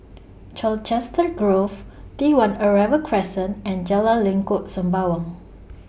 Colchester Grove T one Arrival Crescent and Jalan Lengkok Sembawang